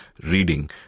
reading